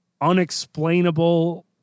unexplainable